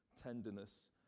tenderness